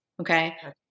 Okay